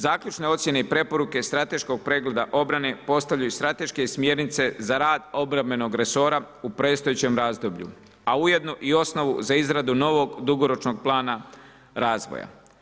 Zaključne ocjene i preporuke strateškog pregleda obrane postavljaju strateške smjernice za rad obrambenog resora u predstojećem razdoblje, a ujedno i osnovu za izradu novog dugoročnog plana razvoja.